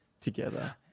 together